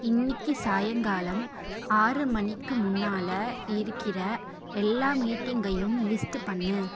இன்னிக்கு சாயங்காலம் ஆறு மணிக்கு முன்னால் இருக்கிற எல்லா மீட்டிங்கையும் லிஸ்ட் பண்ணு